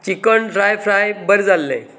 chicken dry fry बरें जाल्लें